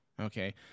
Okay